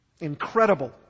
Incredible